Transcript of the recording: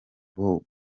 bobi